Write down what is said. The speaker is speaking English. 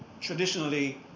traditionally